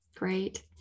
Great